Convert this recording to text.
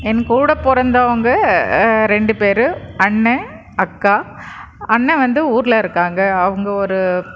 என்கூட பிறந்தவங்க ரெண்டு பேர் அண்ணேன் அக்கா அண்ணேன் வந்து ஊரில் இருக்காங்க அவங்க ஒரு